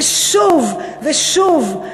ושוב ושוב.